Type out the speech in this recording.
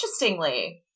interestingly